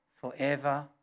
forever